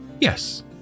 Yes